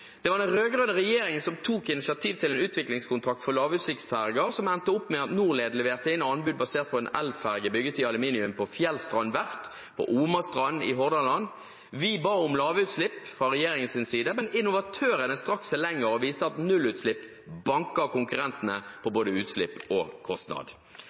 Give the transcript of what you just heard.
Det var den rød-grønne regjeringen som tok initiativ til en utviklingskontrakt for lavutslippsferger som endte opp med at Norled leverte inn anbud basert på en elferge bygget i aluminium på Fjellstrand verft på Omastrand i Hordaland. Vi ba fra regjeringens side om lavutslipp, men innovatørene strakk seg lenger og viste at nullutslipp banket konkurrentene på både utslipp og kostnad.